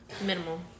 Minimal